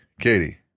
Katie